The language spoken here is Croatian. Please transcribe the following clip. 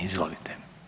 Izvolite.